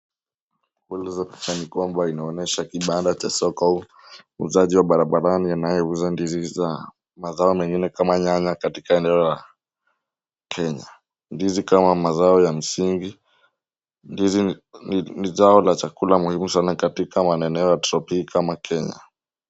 Buldo za shikongwe linaonyesha kibanda cha soko. Wauzaji wa barabarani anayeuza ndizi zake na mazao mengine kama nyanya katika eneo la kenya. Ndizi kama mazao ya msingi , ndizi ni zao muhimu katika maeneo ya tropiki kama kenya.